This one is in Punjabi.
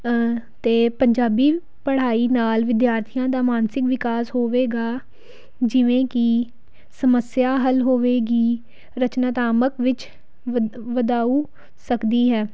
ਅਤੇ ਪੰਜਾਬੀ ਪੜ੍ਹਾਈ ਨਾਲ ਵਿਦਿਆਰਥੀਆਂ ਦਾ ਮਾਨਸਿਕ ਵਿਕਾਸ ਹੋਵੇਗਾ ਜਿਵੇਂ ਕਿ ਸਮੱਸਿਆ ਹੱਲ ਹੋਵੇਗੀ ਰਚਨਾਤਮਕ ਵਿੱਚ ਵਧ ਵਧਾਊ ਸਕਦੀ ਹੈ